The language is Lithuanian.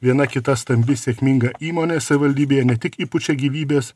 viena kita stambi sėkminga įmonė savivaldybėje ne tik įpučia gyvybės